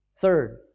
third